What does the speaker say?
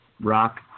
rock